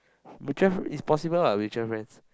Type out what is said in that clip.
mutual is possible what mutual friends